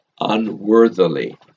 unworthily